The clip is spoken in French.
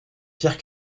pierre